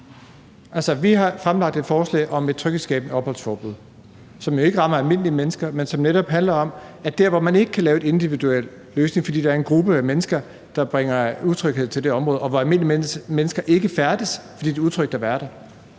Vi har fremsat et forslag om et tryghedsskabende opholdsforbud, som jo ikke rammer almindelige mennesker, men som netop handler om dér, hvor man ikke kan lave en individuel løsning, fordi der er en gruppe af mennesker, der bringer utryghed til det område, og hvor almindelige mennesker ikke færdes, fordi det er utrygt at være